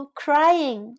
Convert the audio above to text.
crying